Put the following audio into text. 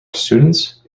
students